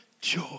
joy